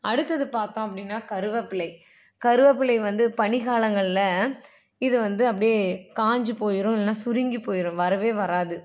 அடுத்தது பார்த்தோம் அப்படின்னா கருவேப்பிலை கருவேப்பிலை வந்து பனி காலங்களில் இது வந்து அப்படியே காஞ்சு போயிடும் இல்லைனா சுருங்கி போயிடும் வரவே வராது